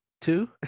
Two